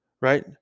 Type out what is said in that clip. Right